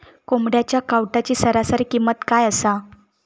कोंबड्यांच्या कावटाची सरासरी किंमत काय असा?